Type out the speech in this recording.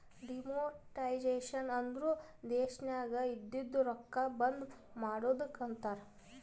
demonetisation ಅಂದುರ್ ದೇಶನಾಗ್ ಇದ್ದಿದು ರೊಕ್ಕಾ ಬಂದ್ ಮಾಡದ್ದುಕ್ ಅಂತಾರ್